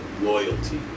loyalty